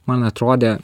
man atrodė